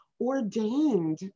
ordained